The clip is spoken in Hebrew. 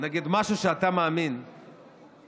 נגד משהו שאתה מאמין ביסוד,